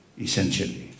essentially